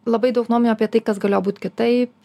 labai daug nuomonių apie tai kas galėjo būt kitaip